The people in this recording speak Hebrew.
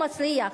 הוא מצליח.